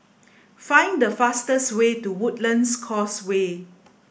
find the fastest way to Woodlands Causeway